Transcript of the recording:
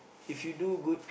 if you do good